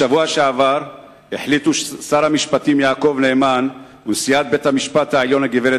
בשבוע שעבר החליטו שר המשפטים יעקב נאמן ונשיאת בית-המשפט העליון הגברת